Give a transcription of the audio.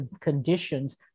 conditions